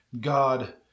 God